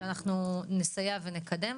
אנחנו נסייע ונקדם.